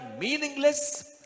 meaningless